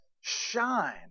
shine